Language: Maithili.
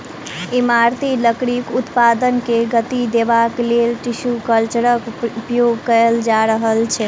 इमारती लकड़ीक उत्पादन के गति देबाक लेल टिसू कल्चरक उपयोग कएल जा रहल छै